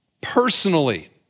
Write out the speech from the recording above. personally